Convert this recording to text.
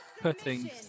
Putting